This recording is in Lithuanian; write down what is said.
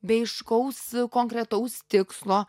be aiškaus konkretaus tikslo